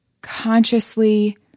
Consciously